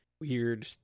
weird